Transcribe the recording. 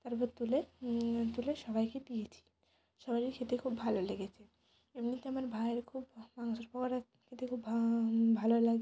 সেটাকে তুলে তুলে সবাইকে দিয়েছি সবাইয়েরই খেতে খুব ভালো লেগেছে এমনিতে আমার ভাইয়ের খুব মাংসের পকোড়া খেতে খুব ভা ভালো লাগে